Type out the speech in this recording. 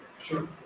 Sure